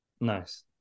Nice